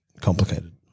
complicated